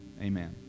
amen